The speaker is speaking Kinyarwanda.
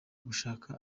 gushaka